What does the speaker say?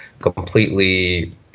completely